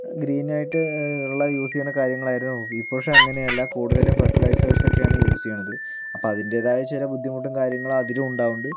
green ആയിട്ട് ഉള്ള use ചെയ്യുന്ന കാര്യങ്ങളായിരുന്നു ഇപ്പോൾ പക്ഷെ അങ്ങനെയല്ല കൂടുതലും ഫെർട്ടിലൈസേഴ്സക്കെയാണ് യൂസ് ചെയ്യുന്നത് അപ്പം അതിൻ്റെതായ ചില ബുദ്ധിമുട്ടും കാര്യങ്ങള് അതിനും ഉണ്ടാവുന്നുണ്ട്